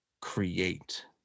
create